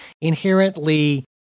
inherently